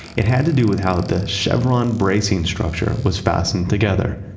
it had to do with how the chevron bracing structure was fastened together.